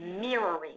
mirroring